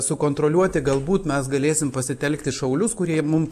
sukontroliuoti galbūt mes galėsim pasitelkti šaulius kurie mum